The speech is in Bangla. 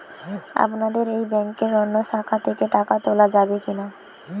আপনাদের এই ব্যাংকের অন্য শাখা থেকে টাকা তোলা যাবে কি না?